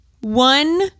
one